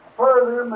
further